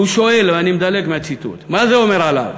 והוא שואל, אני מדלג בציטוט, מה זה אומר עליו: